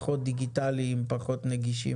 בדיונים.